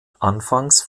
anfangs